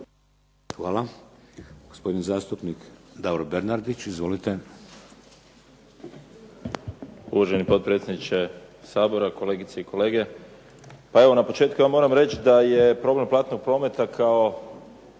Hvala. Gospodin zastupnik Davor Bernardić. Izvolite. **Bernardić, Davor (SDP)** Uvaženi potpredsjedniče Sabora, kolegice i kolege. Pa evo na početku ja moram reći da je problem platnog prometa kao